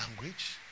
language